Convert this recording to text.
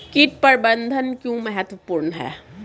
कीट प्रबंधन क्यों महत्वपूर्ण है?